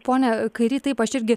pone kairy taip aš irgi